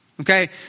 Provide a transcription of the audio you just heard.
okay